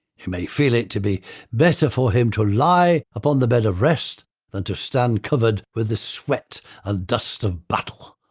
he may feel it to be better for him to lie upon the bed of rest than to stand covered with the sweat and dust of battle.